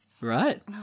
right